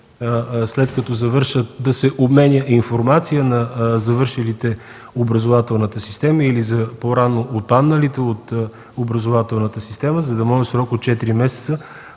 след като завършат, да се обменя информация на завършилите образователната система или за по-рано отпадналите от образователната система, за да може в срок от четири месеца